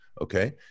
okay